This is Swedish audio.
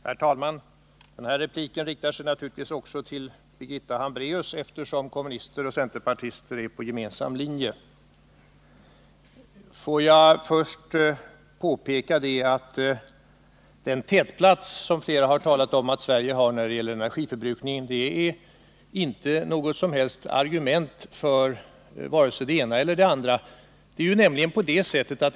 Herr talman! I den här repliken riktar jag mig naturligtvis också till Birgitta Hambraeus, eftersom kommunister och centerpartister är på gemensam linje. Får jag först påpeka att den tätplats som Sverige, enligt vad många har sagt, intar när det gäller energiförbrukningen inte är något som helst argument för vare sig det ena eller det andra.